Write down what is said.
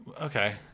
Okay